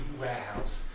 warehouse